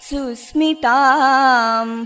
Susmitam